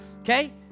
Okay